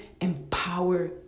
empower